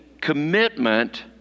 commitment